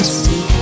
see